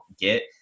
get